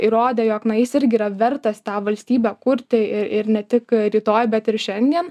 įrodė jog na jis irgi yra vertas tą valstybę kurti ir ir ne tik rytoj bet ir šiandien